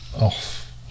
off